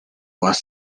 was